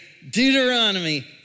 Deuteronomy